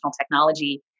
technology